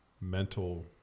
mental